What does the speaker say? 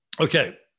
Okay